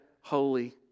holy